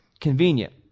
Convenient